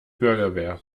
bürgerwehr